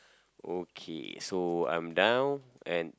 okay so I'm down and